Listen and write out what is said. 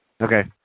Okay